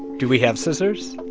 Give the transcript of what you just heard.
do we have scissors?